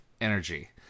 energy